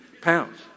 pounds